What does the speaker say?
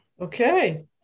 Okay